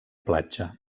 platja